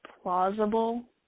Plausible